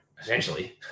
Essentially